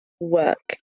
work